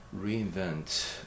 reinvent